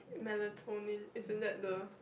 melatonin isn't that the